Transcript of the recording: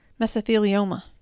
mesothelioma